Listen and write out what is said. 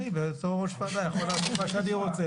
בתור ראש ועדה יכול לעשות מה שאני רוצה,